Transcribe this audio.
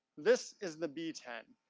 this is the b ten.